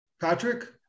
Patrick